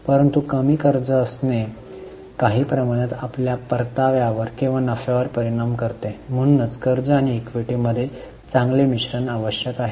परंतु कमी कर्ज असणे काही प्रमाणात आपल्या परताव्यावर किंवा नफ्यावर परिणाम करते म्हणूनच कर्ज आणि इक्विटीमध्ये चांगले मिश्रण आवश्यक आहे